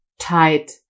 tight